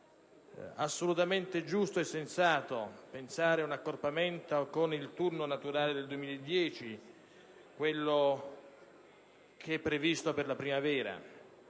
È quindi giusto e sensato pensare ad un accorpamento con il turno naturale del 2010, previsto per la primavera.